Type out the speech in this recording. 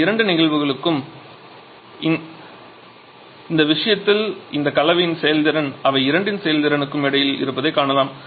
இந்த இரண்டு நிகழ்வுகளுக்கும் இந்த விஷயத்தில் இந்த கலவையின் செயல்திறன் அவை இரண்டின் செயல்திறனுக்கும் இடையில் இருப்பதைக் காணலாம்